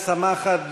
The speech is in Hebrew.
משמחת,